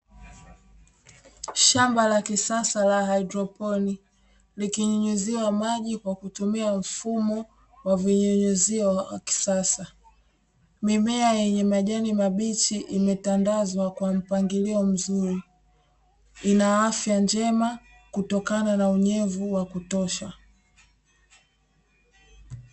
Shamba la kisasa la haidroponi, likinyunyuziwa maji kwa kutumia mfumo wa vinyunyuzio vya kisasa, mimea yenye majani mabichi inatandazwa kwa mpangilio mzuri, ina afya njema kutokana na unyevu wa kutosha .